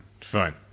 Fine